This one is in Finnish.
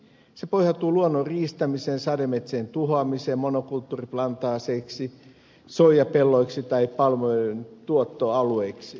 se pohjautuu luonnon riistämiseen sademetsien tuhoamiseen monokulttuuriplantaaseiksi soijapelloiksi tai palmuöljyn tuottoalueiksi